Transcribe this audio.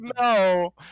no